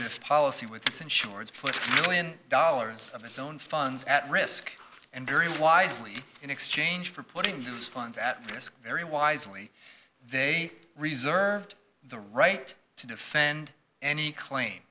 this policy with its insurance puts million dollars of its own funds at risk and very wisely in exchange for putting use funds at risk very wisely they reserved the right to defend any claim